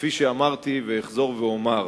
שכפי שאמרתי ואחזור ואומר,